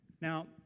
Now